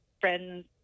friends